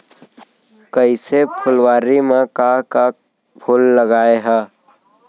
कइसे फुलवारी म का का फूल लगाय हा?